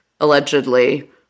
allegedly